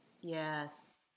Yes